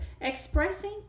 Expressing